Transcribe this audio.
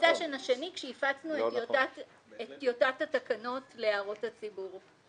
בסשן השני כשהפצנו את טיוטת התקנות להערות הציבור.